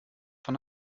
von